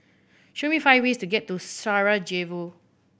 show me five ways to get to Sarajevo